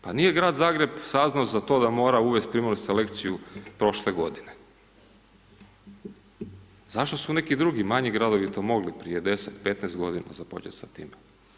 Pa nije grad Zagreb saznao za to da mora uvesti primarnu selekciju prošle godine. zašto su neki drugi, manji gradovi to mogli prije 10, 15 g. započeti sa time?